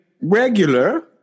regular